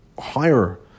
higher